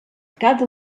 cada